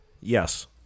yes